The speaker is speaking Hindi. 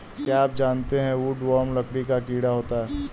क्या आप जानते है वुडवर्म लकड़ी का कीड़ा होता है?